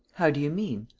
how do you mean?